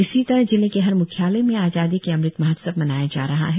इसी तरह जिले के हर मुख्यालय में आजादी की अमृत महोत्सव मनाया जा रहा है